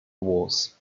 was